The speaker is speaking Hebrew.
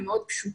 הם מאוד פשוטים,